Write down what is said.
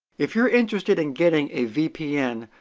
if you're interested in getting a vpn,